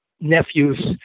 nephews